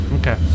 okay